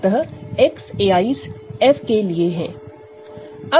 अतः x ai s F के लिए है